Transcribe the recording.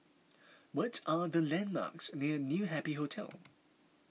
what are the landmarks near New Happy Hotel